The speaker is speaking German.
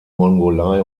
mongolei